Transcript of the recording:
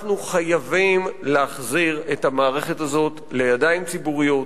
אנחנו חייבים להחזיר את המערכת הזאת לידיים ציבוריות,